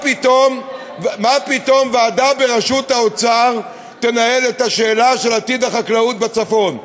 מה פתאום ועדה בראשות האוצר תנהל את השאלה של עתיד החקלאות בצפון?